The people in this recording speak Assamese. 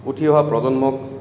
উঠি অহা প্ৰজন্মক